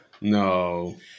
No